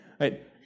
right